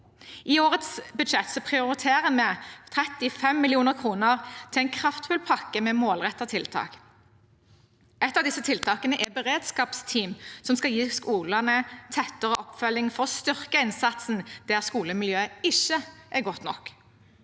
I årets budsjett prioriterer vi 35 mill. kr til en kraftfull pakke med målrettede tiltak. Et av disse tiltakene er beredskapsteam som skal gi skolene tettere oppfølging, for å styrke innsatsen der skolemiljøet ikke er godt nok.